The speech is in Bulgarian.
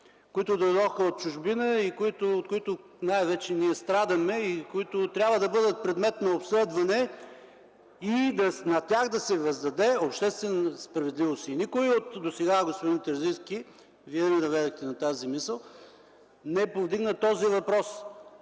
които дойдоха от чужбина и от които най-вече ние страдаме, които трябва да бъдат предмет на обследване и на тях да се въздаде обществена справедливост. Никой досега, господин Терзийски – Вие ме наведохте на тази мисъл, не повдигна този въпрос.